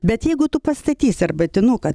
bet jeigu tu pastatysi arbatinuką